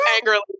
angrily